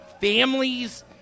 families